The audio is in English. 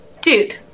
Dude